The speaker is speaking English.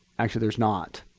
actually, there's not.